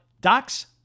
Doc's